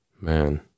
Man